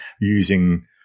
using